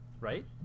right